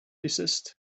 desist